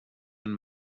ein